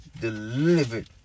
delivered